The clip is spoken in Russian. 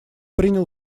принял